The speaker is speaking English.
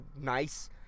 nice